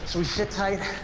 so we sit tight,